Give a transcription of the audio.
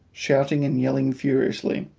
shouting and yelling furiously,